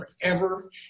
forever